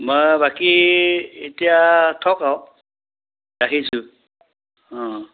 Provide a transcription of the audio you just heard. বাৰু বাকী এতিয়া থওক আৰু ৰাখিছোঁ অঁ